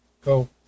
go